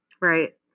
right